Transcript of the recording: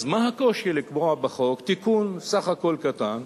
אז מה הקושי לקבוע בחוק תיקון בסך הכול קטן,